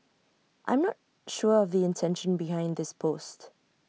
I'm not sure of the intention behind this post